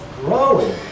growing